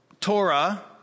Torah